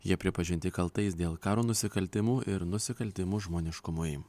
jie pripažinti kaltais dėl karo nusikaltimų ir nusikaltimus žmoniškumui